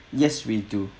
yes we do